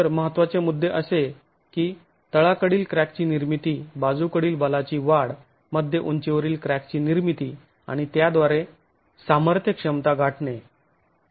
तर महत्त्वाचे मुद्दे असे की तळाकडील क्रॅकची निर्मिती बाजूकडील बलाची वाढ मध्य उंचीवरील क्रॅक ची निर्मिती आणि त्याद्वारे सामर्थ्य क्षमता गाठणे